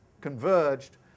converged